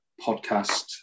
podcast